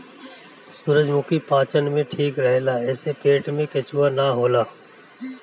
सूरजमुखी पाचन में ठीक रहेला एसे पेट में केचुआ ना होला